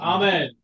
Amen